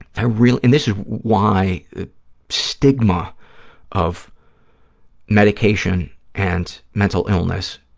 i real, and this is why stigma of medication and mental illness